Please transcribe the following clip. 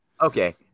Okay